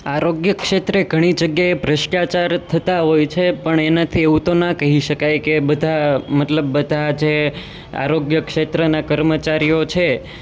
આરોગ્ય ક્ષેત્રે ઘણી જગ્યાએ ભ્રષ્ટાચાર થતા હોય છે પણ એનાથી એવું તો ના કહી શકાય કે બધા મતલબ બધા જે આરોગ્ય ક્ષેત્રના કર્મચારીઓ છે